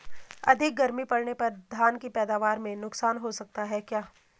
अधिक गर्मी पड़ने पर धान की पैदावार में नुकसान हो सकता है क्या?